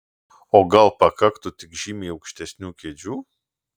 o gal pakaktų tik žymiai aukštesnių kėdžių